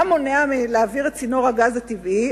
מה מונע את העברת צינור הגז הטבעי?